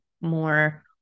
more